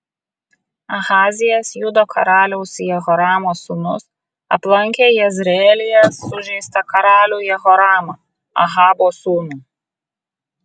ahazijas judo karaliaus jehoramo sūnus aplankė jezreelyje sužeistą karalių jehoramą ahabo sūnų